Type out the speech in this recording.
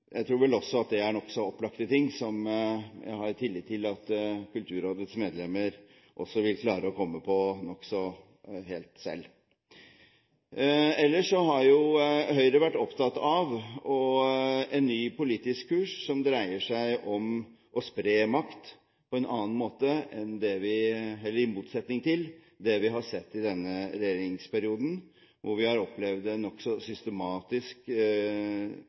Jeg tror vel at dette er nokså opplagte ting som jeg har tillit til at Kulturrådets medlemmer også vil klare å komme på selv. Ellers har Høyre vært opptatt av en ny politisk kurs som dreier seg om å spre makt på en annen måte, i motsetning til det vi har sett i denne regjeringsperioden, da vi har opplevd en nokså systematisk